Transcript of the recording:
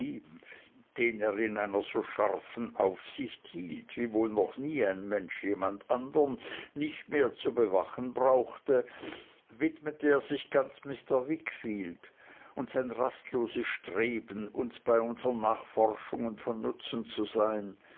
so scharfen aufsicht hielt wie wohl noch nie ein mensch jemanden nicht mehr zu bewachen brauchte widmete er sich ganz mr wickfield und sein rastloses streben uns bei unsern nachforschungen von nutzen zu sein